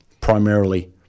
Primarily